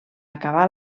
acabar